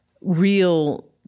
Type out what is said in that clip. real